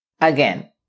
Again